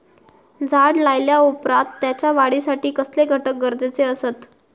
झाड लायल्या ओप्रात त्याच्या वाढीसाठी कसले घटक गरजेचे असत?